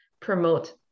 promote